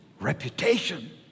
reputation